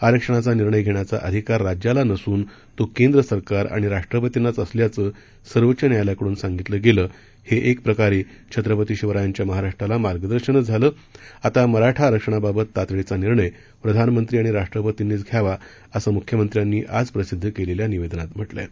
आरक्षणाचा निर्णय घेण्याचा अधिकार राज्याला नसून तो केंद्र सरकार आणि राष्ट्रपतींनाच असल्याचं सर्वोच्च न्यायालयाकडून सांगितलं गेलं हे एक प्रकारे छत्रपती शिवरायांच्या महाराष्ट्राला मार्गदर्शनच झालं आता मराठा आरक्षणाबाबत तातडीचा निर्णय प्रधानमंत्री आणि राष्ट्रपतींनीच घ्यावा असं मुख्यमंत्र्यांनी आज प्रसिद्ध केलेल्या निवेदनात म्हटलं आहे